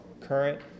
current